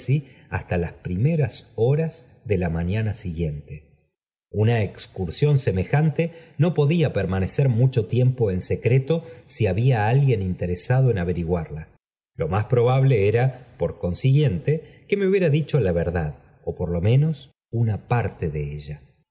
hasta las primeras horas de la mañana siguiente u na excursión semejante no podía permanecer mucho tiempo en secreto si había alguien interesado en averiguarla lo más probable era por consiguiente que me hubiera dicho la verdad ó por lo menos una parte de ella